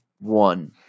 one